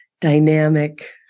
dynamic